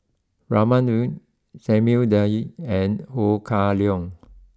Raman Daud Samuel Dyer and Ho Kah Leong